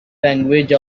language